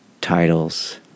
titles